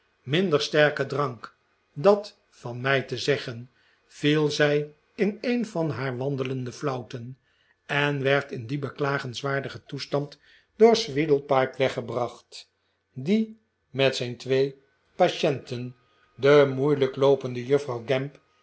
minder sterken drank dat van mij te zeggen viel zij in een van haar wandelende flauwten en werd in dien beklagenswaardigen toestand door sweedlepipe weggebracht die met zijn twee patienten de moeilijk loopende juffrouw gamp